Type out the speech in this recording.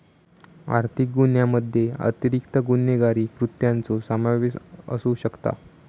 आर्थिक गुन्ह्यामध्ये अतिरिक्त गुन्हेगारी कृत्यांचो समावेश असू शकता